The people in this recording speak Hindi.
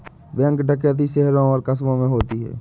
बैंक डकैती शहरों और कस्बों में होती है